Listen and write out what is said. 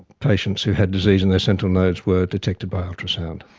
patients who had disease in their sentinel nodes were detected by ultrasound.